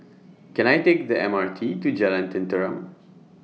Can I Take The M R T to Jalan Tenteram